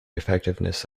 effectiveness